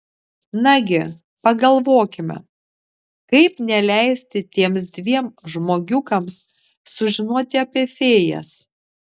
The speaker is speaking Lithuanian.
nagi pagalvokime kaip neleisti tiems dviem žmogiukams sužinoti apie fėjas